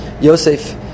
Yosef